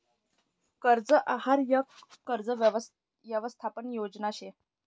कर्ज आहार यक कर्ज यवसथापन योजना शे